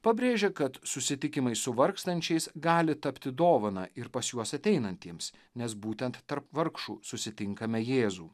pabrėžė kad susitikimai su vargstančiais gali tapti dovana ir pas juos ateinantiems nes būtent tarp vargšų susitinkame jėzų